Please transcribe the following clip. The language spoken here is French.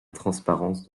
transparence